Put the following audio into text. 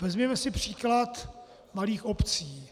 Vezměme si příklad malých obcí.